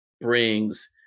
brings